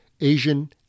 Asian